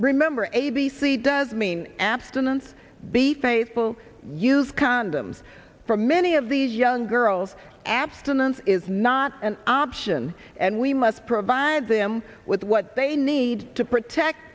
remember a b c does mean abstinence be faithful use condoms for many of these young girls abstinence is not an option and we must provide them with what they need to protect